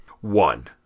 One